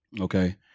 Okay